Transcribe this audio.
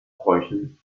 bräuchen